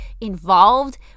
involved